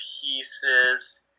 pieces